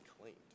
claimed